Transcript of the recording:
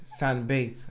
sunbathe